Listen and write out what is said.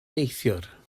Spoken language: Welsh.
neithiwr